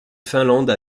finlande